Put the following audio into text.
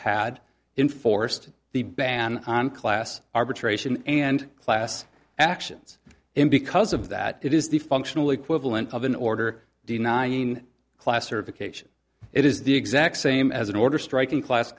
had in forced the ban on class arbitration and class actions and because of that it is the functional equivalent of an order denying class or vocation it is the exact same as an order striking class